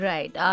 Right